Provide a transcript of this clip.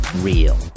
Real